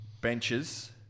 benches